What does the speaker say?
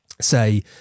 say